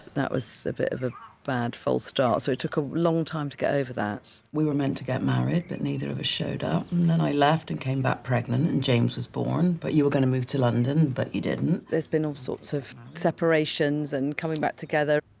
that was a bit of a bad false start, so it took a long time to get over that. we were meant to get married, but neither of us showed up, and then i left and came back pregnant and james was born, but you were gonna move to london, but you didn't there's been all sorts of separations and coming back together.